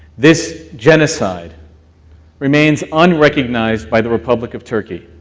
this genocide remains unrecognized by the republic of turkey,